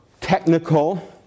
technical